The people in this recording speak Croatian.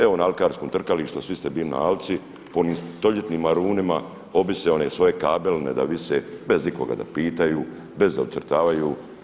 Evo na alkarskom trkalištu, a svi ste bili na alci, po onim stoljetnim marunima objese one svoje kabele da vise bez ikoga da pitaju, bez da ucrtavaju.